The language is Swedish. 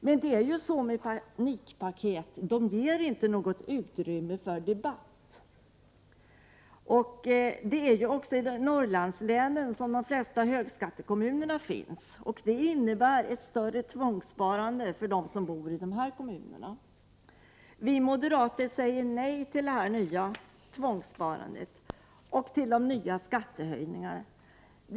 Men det är så med panikpaket — de ger inte något utrymme för debatt. De flesta högskattekommunerna finns också i Norrlandslänen. Det innebär ett större tvångssparande för dem som bor i dessa kommuner. Vi moderater säger nej till det nya tvångssparandet och de nya skattehöjningarna.